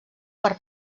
per